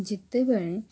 ଯେତେବେଳେ